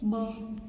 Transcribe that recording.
ब॒